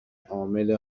عامل